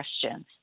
questions